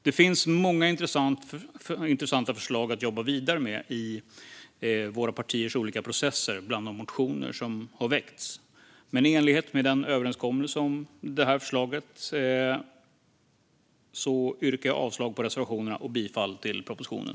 Det finns många intressanta förslag att jobba vidare med i våra partiers olika processer bland de motioner som har väckts, men i enlighet med den överenskommelse som detta förslag är ett resultat av yrkar jag avslag på reservationerna och bifall till propositionen.